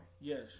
Yes